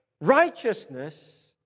righteousness